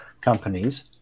companies